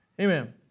Amen